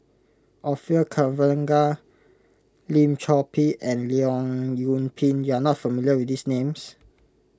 Orfeur Cavenagh Lim Chor Pee and Leong Yoon Pin you are not familiar with these names